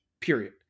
period